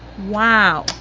wow.